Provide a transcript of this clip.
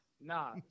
Nah